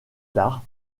tard